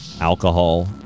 alcohol